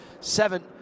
Seven